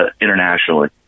internationally